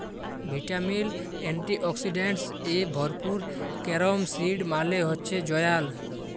vitamin, antioxidants এ ভরপুর carom seed মালে হচ্যে জয়াল